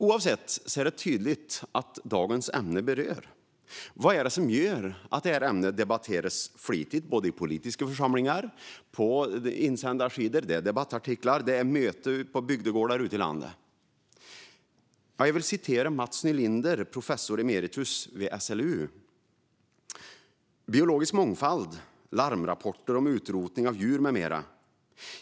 Det är tydligt att dagens ämne berör. Vad är det som gör att detta ämne debatteras flitigt i politiska församlingar, på insändarsidor, i debattartiklar och på möten i bygdegårdar ute i landet? Låt mig citera Mats Nylinder, professor emeritus vid SLU: "Biologisk mångfald, larmrapporter om utrotning av djur med mera.